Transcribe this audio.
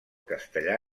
castellà